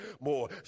more